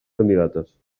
candidates